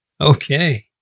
Okay